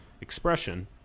expression